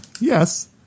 Yes